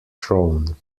throne